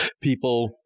People